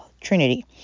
Trinity